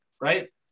right